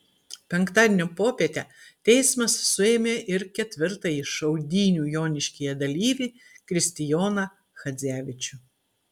penktadienio popietę teismas suėmė ir ketvirtąjį šaudynių joniškyje dalyvį kristijoną chadzevičių